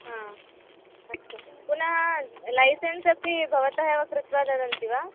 हा अस्तु पुनः लैसेन्स् अपि भवन्तः एव कृत्वा ददति वा